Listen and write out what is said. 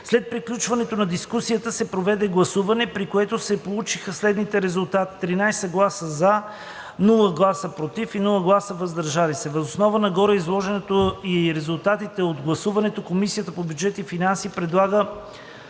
След приключване на дискусията се проведе гласуване, при което се получиха следните резултати: 13 гласа „за“, без „против“ и „въздържал се“. Въз основа на гореизложеното и резултатите от гласуването, Комисията по бюджет и финанси предлага